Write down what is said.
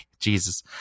Jesus